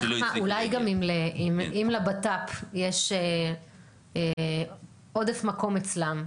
אני אגיד לך ככה: אולי אם לבט"פ יש עודף מקום אצלם,